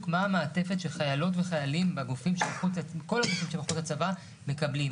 מהי מעטפת שחיילות וחיילים בכל הגופים שמחוץ לצבא מקבלים,